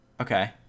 okay